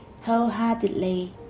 wholeheartedly